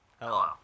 Hello